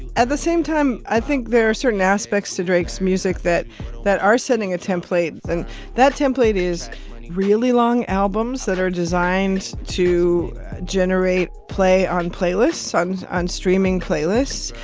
at the same time, i think there are certain aspects to drake's music that that are sending a template, and that template is really long albums that are designed to generate play on playlists on on streaming playlists,